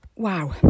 Wow